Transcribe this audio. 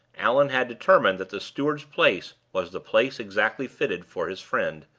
allan had determined that the steward's place was the place exactly fitted for his friend,